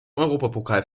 europapokal